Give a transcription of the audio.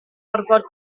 orfod